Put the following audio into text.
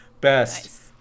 best